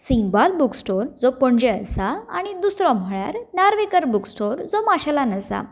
Singbal book store जो पणजे आसा आनी आनी दुसरो म्हळ्यार नार्वेकर बुक स्टोर जो माशेलान आसा